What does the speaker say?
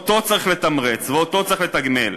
אותו צריך לתמרץ ואותו צריך לתגמל.